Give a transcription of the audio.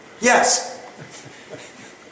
Yes